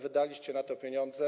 Wydaliście na to pieniądze.